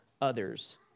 others